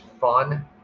fun